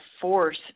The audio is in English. force